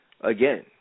again